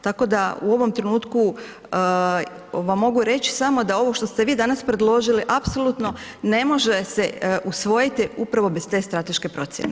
Tako da u ovom trenutku vam mogu reći samo da ovo što ste vi danas predložili apsolutno ne može se usvojiti upravo bez te strateške procjene.